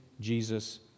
Jesus